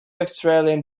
australian